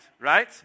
Right